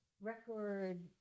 Record